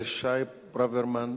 חבר הכנסת אבישי ברוורמן,